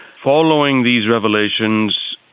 following these revelations,